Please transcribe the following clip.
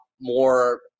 more